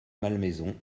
malmaison